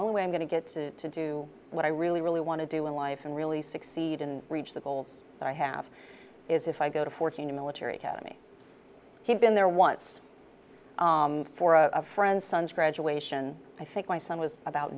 only way i'm going to get to do what i really really want to do in life and really succeed and reach the goals that i have is if i go to fourteen a military academy kid been there once for a friend's son's graduation i think my son was about